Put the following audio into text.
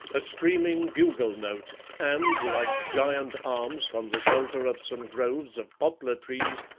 a screaming bugle note and, like giant arms, from the shelter of some groves of poplar trees,